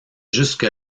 jusque